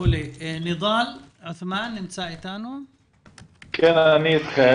נמצא אתנו נאדל?